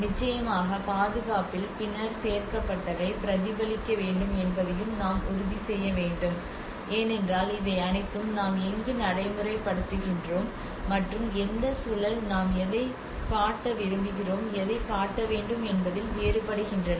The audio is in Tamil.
நிச்சயமாக பாதுகாப்பில் பின்னர் சேர்க்கப்பட்டவை பிரதிபலிக்க வேண்டும் என்பதையும் நாம் உறுதி செய்ய வேண்டும் ஏனென்றால் இவை அனைத்தும் நாம் எங்கு நடைமுறைப்படுத்துகின்றோம் மற்றும் எந்த சூழல் நாம் எதைக் காட்ட விரும்புகிறோம் எதைக் காட்ட வேண்டும் என்பதில் வேறுபடுகின்றன